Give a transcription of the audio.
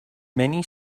many